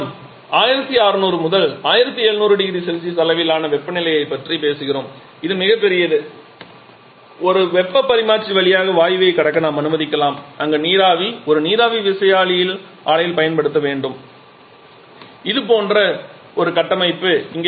இங்கே நாம் 1600 முதல் 1700 0C அளவிலான வெப்ப நிலையைப் பற்றி பேசுகிறோம் இது மிகப்பெரியது ஒரு வெப்பப் பரிமாற்றி வழியாக வாயுவைக் கடக்க நாம் அனுமதிக்கலாம் அங்கு நீராவி ஒரு நீராவி விசையாழி ஆலையில் பயன்படுத்தப்பட வேண்டும் இது போன்ற ஒரு கட்டமைப்பு